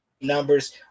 numbers